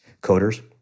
coders—